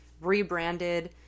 rebranded